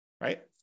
right